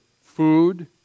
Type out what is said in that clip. food